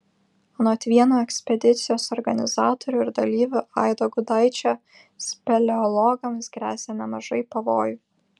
anot vieno ekspedicijos organizatorių ir dalyvių aido gudaičio speleologams gresia nemažai pavojų